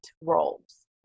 roles